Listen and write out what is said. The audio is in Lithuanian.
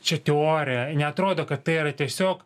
čia teorija neatrodo kad tai yra tiesiog